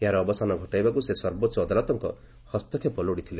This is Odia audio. ଏହାର ଅବସାନ ଘଟାଇବାକୁ ସେ ସର୍ବୋଚ୍ଚ ଅଦାଲତଙ୍କ ହସ୍ତକ୍ଷେପ ଲୋଡ଼ିଥିଲେ